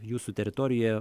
jūsų teritorijoje